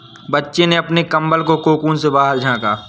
बच्चे ने अपने कंबल के कोकून से बाहर झाँका